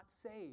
saved